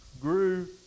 grew